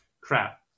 Crap